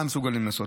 מה מסוגלים לעשות.